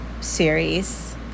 series